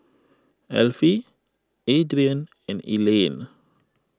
Alfie Adrian and Elayne